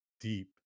deep